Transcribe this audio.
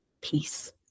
peace